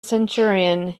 centurion